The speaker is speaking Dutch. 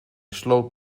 sloot